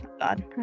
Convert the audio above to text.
God